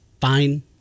fine